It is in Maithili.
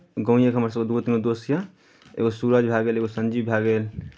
गाँवएके हमर से दू गो तीन गो दोस्त यए एगो सूरज भए गेल एगो संजीव भए गेल